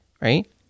Right